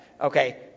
Okay